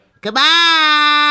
Goodbye